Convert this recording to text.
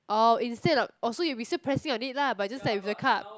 or instead of oh so you will be still pressing on it lah but just that with the cup